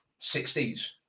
60s